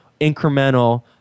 incremental